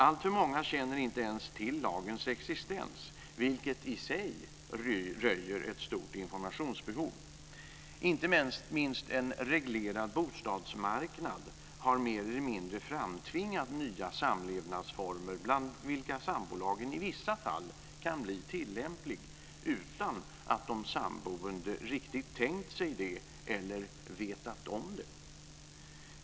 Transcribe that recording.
Alltför många känner inte ens till lagens existens, vilket i sig röjer ett stort informationsbehov. Inte minst en reglerad bostadsmarknad har mer eller mindre framtvingat nya samlevnadsformer bland vilka sambolagen i vissa fall kan bli tillämplig utan att de samboende riktigt tänkt sig det eller vetat om det.